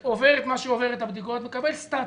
עובר את מה שהוא עובר את הבדיקות, מקבל סטטוס.